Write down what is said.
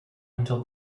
until